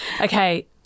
okay